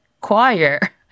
choir